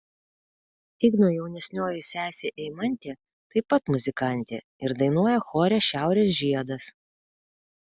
igno jaunesnioji sesė eimantė taip pat muzikantė ir dainuoja chore šiaurės žiedas